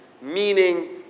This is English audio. meaning